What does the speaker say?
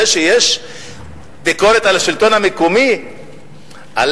זה שיש ביקורת על השלטון המקומי על